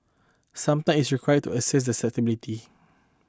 some time is required to assess their suitability